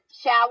shower